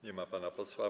Nie ma pana posła.